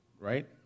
right